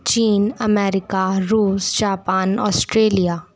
China America Russia Japan Australia